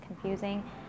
confusing